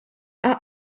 are